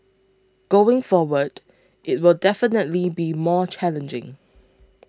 going forward it will definitely be more challenging